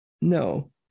no